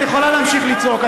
את יכולה להמשיך לצעוק.